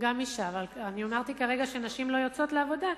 גם לאשה, אבל אמרתי כרגע שנשים לא יוצאות לעבודה,